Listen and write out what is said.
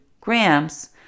grams